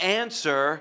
answer